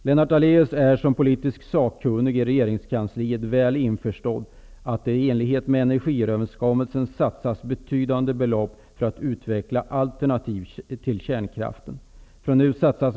Lennart Daléus är som politiskt sakkunnig i regeringskansliet väl införstådd med att det i enlighet med energiöverenskommelsen satsas betydande belopp för att utveckla alternativ till kärnkraften.